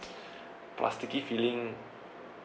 plasticky feeling